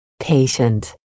Patient